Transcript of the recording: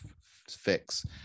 fix